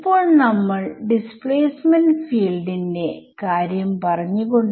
ഇപ്പോൾ ഞാൻ ഗ്രിഡിലെ ഇലക്ട്രിക് ഫീൽഡുകളിലേക്ക് നോക്കുകയാണ്